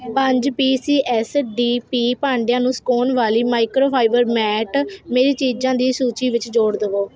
ਪੰਜ P C S D P ਭਾਂਡਿਆਂ ਨੂੰ ਸੁਕਾਉਣ ਵਾਲੀ ਮਾਈਕ੍ਰੋਫਾਈਬਰ ਮੈਟ ਮੇਰੀ ਚੀਜ਼ਾਂ ਦੀ ਸੂਚੀ ਵਿੱਚ ਜੋੜ ਦੇਵੋ